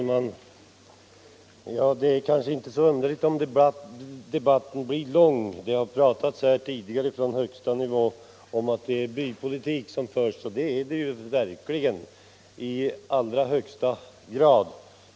Herr talman! Det är kanske inte så underligt att debatten blir lång. Det har tidigare från högsta håll sagts att det är bypolitik som här förs, och det är det verkligen i allra högsta grad.